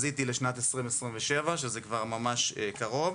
וזה כבר ממש קרוב.